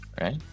Right